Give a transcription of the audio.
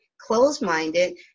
closed-minded